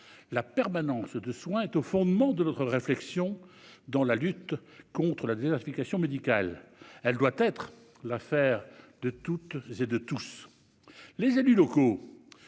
La permanence des soins est au fondement de notre réflexion sur la lutte contre la désertification médicale. Elle doit être l'affaire de toutes et de tous. Les élus locaux